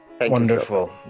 Wonderful